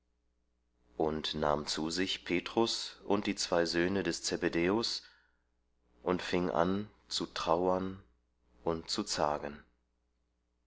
und nahm zu sich petrus und die zwei söhne des zebedäus und fing an zu trauern und zu zagen